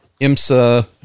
IMSA